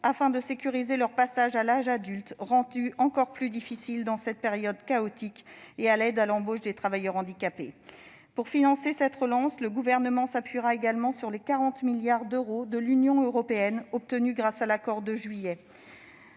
faut sécuriser le passage à l'âge adulte, rendu encore plus difficile en cette période chaotique, et à l'aide à l'embauche des travailleurs handicapés. Pour financer cette relance, le Gouvernement s'appuiera également sur les 40 milliards d'euros de l'Union européenne, obtenus grâce à l'accord de juillet.